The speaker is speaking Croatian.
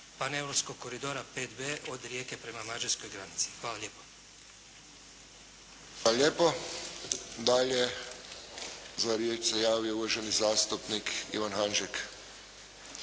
paneuropskog koridora 5B od Rijeke prema mađarskoj granici. Hvala lijepo. **Friščić, Josip (HSS)** Hvala lijepo. Dalje za riječ se javio uvaženi zastupnik Ivan Hanžek.